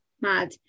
mad